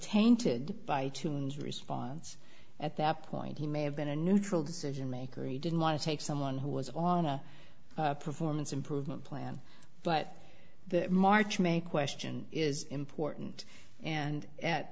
tainted by tunes response at that point he may have been a neutral decision maker he didn't want to take someone who was on a performance improvement plan but the march may question is important and